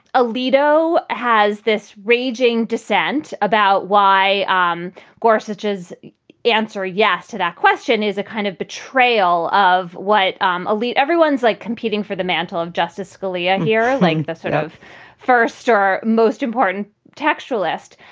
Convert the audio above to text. alito has this raging dissent about why um gorsuch is answer yes to that question is a kind of betrayal of what um elite everyone's like competing for the mantle of justice scalia here length the sort of first or most important textualist.